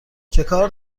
چکار